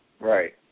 Right